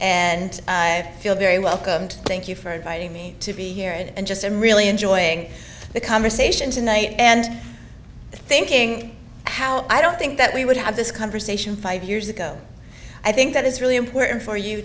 and feel very welcomed thank you for inviting me to be here and just i'm really enjoying the conversation tonight and thinking how i don't think that we would have this conversation five years ago i think that it's really important for you